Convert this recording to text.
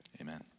Amen